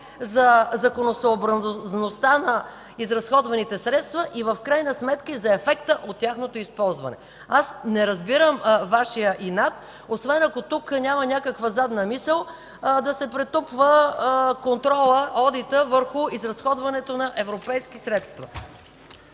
за законосъобразността на изразходваните средства, и в крайна сметка и за ефекта от тяхното използване. Не разбирам Вашия инат, освен ако тук няма някаква задна мисъл да се претупва контролът, одитът върху изразходването на европейски средства.